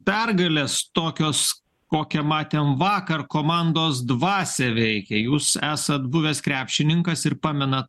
pergalės tokios kokią matėm vakar komandos dvasią veikia jūs esat buvęs krepšininkas ir pamena